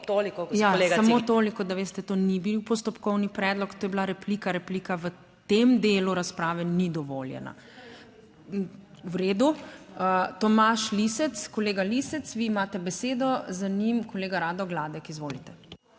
Samo toliko, da veste, to ni bil postopkovni predlog. To je bila replika. Replika v tem delu razprave ni dovoljena. V redu? Tomaž Lisec. Kolega Lisec, vi imate besedo, za njim kolega Rado Gladek. Izvolite.